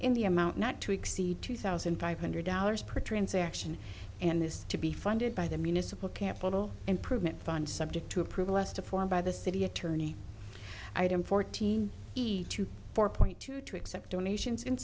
in the amount not to exceed two thousand five hundred dollars per transaction and this to be funded by the municipal capital improvement fund subject to approval as to form by the city attorney item fourteen to four point two to accept donations in